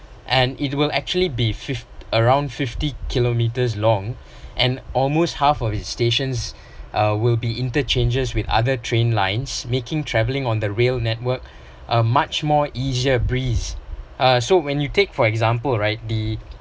and it will actually be fif~ around fifty kilometres long and almost half of its stations uh will be interchanges with other train lines making travelling on the rail network um much more easier breeze uh so when you take for example right the